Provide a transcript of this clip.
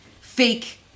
fake